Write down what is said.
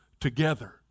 together